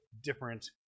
different